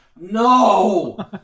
No